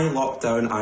lockdown